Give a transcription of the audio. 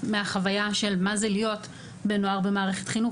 מהחוויה של מה זה להיות בן נוער במערכת חינוך,